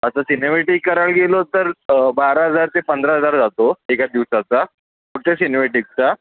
आता सिनेमॅटिक करायला गेलो तर बारा हजार ते पंधरा हजार जातो एका दिवसाचा फक्त सिनेमॅटिकचा